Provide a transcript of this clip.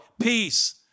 peace